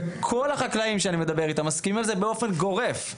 וכל החקלאים שאני מדבר איתם מסכימים על זה באופן גורף,